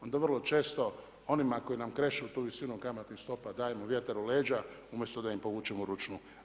Onda vrlo često onima koji nam krešu tu visinu kamatnih stopa dajemo vjetar u leđa, umjesto da im povučemo ručnu.